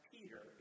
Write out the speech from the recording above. Peter